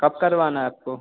कब करवाना है आपको